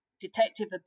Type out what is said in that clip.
detective